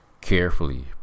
carefully